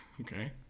Okay